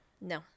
no